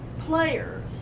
players